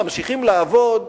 ממשיכים לעבוד,